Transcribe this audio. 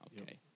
okay